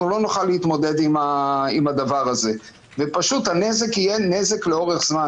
לא נוכל להתמודד עם זה, והנזק יהיה נזק לאורך זמן.